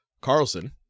Carlson